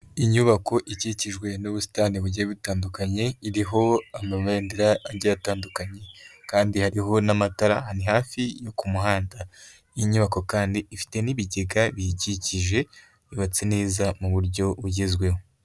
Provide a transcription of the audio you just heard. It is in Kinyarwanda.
Inyubako ikikijwe n'ubusitani bugiye butandukanye iriho amabendera agiye atandukanye kandi hariho n'amatara ni hafi yo ku muhanda, iyi nyubako kandi ifite n'ibigega biyikikije yubatse neza mu buryo bugezweho.